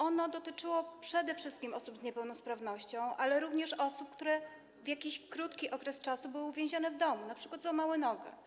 Ono dotyczyło przede wszystkim osób z niepełnosprawnością, ale również osób, które na jakiś krótki czas były uwięzione w domu, np. złamały nogę.